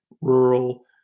rural